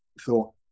thought